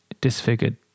disfigured